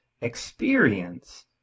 experience